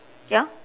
ya